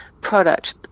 product